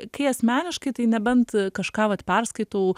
kai asmeniškai tai nebent kažką vat perskaitau